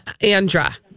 Andra